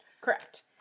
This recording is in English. correct